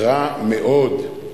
רע מאוד,